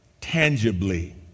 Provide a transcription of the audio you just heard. tangibly